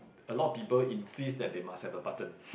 a lot of people insist that they must have a button